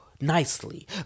nicely